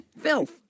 Filth